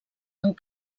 amb